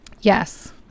Yes